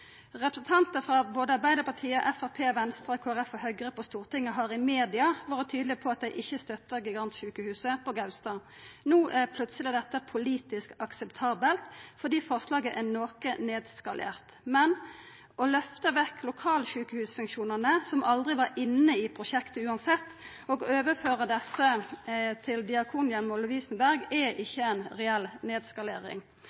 Representantar frå både Arbeidarpartiet, Framstegspartiet, Venstre, Kristeleg Folkeparti og Høgre på Stortinget har i media vore tydelege på at dei ikkje støttar gigantsjukehuset på Gaustad. No er plutseleg dette politisk akseptabelt, fordi forslaget er noko nedskalert. Men å løfta vekk lokalsjukehusfunksjonane – som aldri var inne i prosjektet uansett – og å overføra desse til Diakonhjemmet og Lovisenberg er